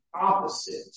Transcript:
opposite